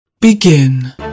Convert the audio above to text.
Begin